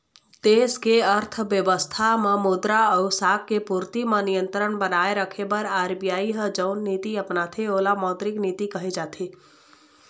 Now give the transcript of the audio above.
देस के अर्थबेवस्था म मुद्रा अउ साख के पूरति म नियंत्रन बनाए रखे बर आर.बी.आई ह जउन नीति अपनाथे ओला मौद्रिक नीति कहे जाथे